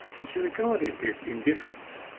and she regarded this indifference,